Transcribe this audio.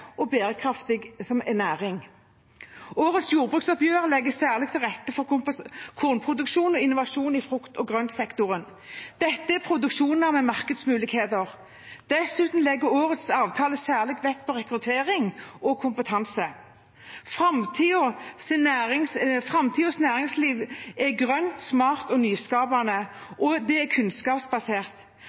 og bærekraftig næring. Årets jordbruksoppgjør legger særlig til rette for kornproduksjon og innovasjon i frukt- og grøntsektoren. Dette er produksjoner med markedsmuligheter. Dessuten legger årets avtale særlig vekt på rekruttering og kompetanse. Framtidens næringsliv er grønt, smart og nyskapende, og det er kunnskapsbasert.